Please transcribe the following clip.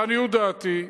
לעניות דעתי,